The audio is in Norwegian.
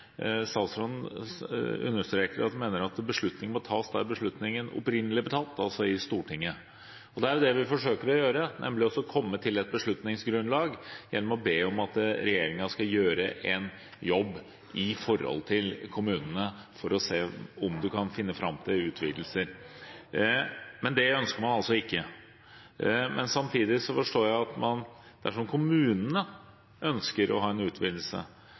Statsråden understreker at han mener at beslutninger må tas der beslutningen opprinnelig ble tatt, altså i Stortinget. Det er det vi forsøker å gjøre, nemlig å komme til et beslutningsgrunnlag gjennom å be om at regjeringen skal gjøre en jobb overfor kommunene for å se om en kan finne fram til utvidelser. Men det ønsker man altså ikke. Samtidig forstår jeg at dersom kommunene ønsker å ha en utvidelse,